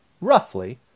roughly